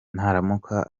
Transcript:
naramuka